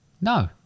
No